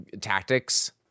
tactics